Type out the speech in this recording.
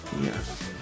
Yes